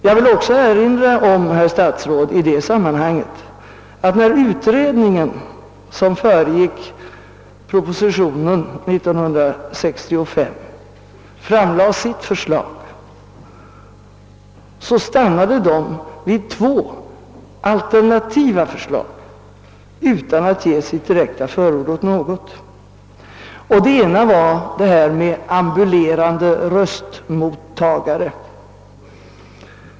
Jag vill också, herr statsråd, erinra om att den utredning, som föregick propositionen 1965, när den framlade sitt betänkande stannade vid två alternativa förslag utan att ge sitt direkta förord åt något av dessa. Det ena av dem avsåg ambulerande röstmottagare.